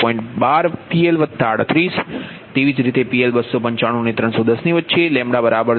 12 PL 38 અને 295 ≤ PL ≤ 310 0